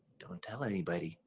don't tell anybody,